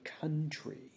country